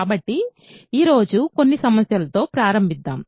కాబట్టి ఈరోజు కొన్ని సమస్యలతో ప్రారంభిద్దాం